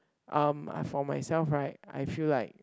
um I for myself right I feel like